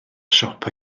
siop